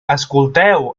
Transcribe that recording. escolteu